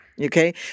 Okay